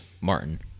Martin